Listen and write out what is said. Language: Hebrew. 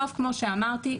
כמו שאמרתי,